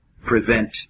prevent